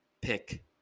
pick